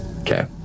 Okay